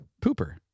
Pooper